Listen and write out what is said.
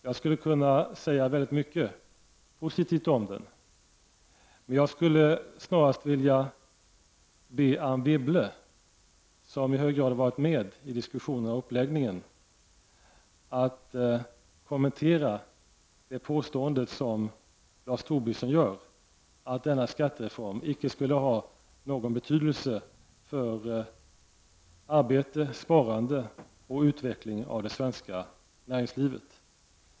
Jag skulle kunna säga mycket positivt om den, men jag skulle i stället vilja be Anne Wibble, som i hög grad har varit med i diskussionerna om dess uppläggning, att kommentera Lars Tobissons påstående att denna skattereform icke skulle ha någon betydelse för arbete, sparande och utveckling i det svenska näringslivet.